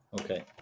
Okay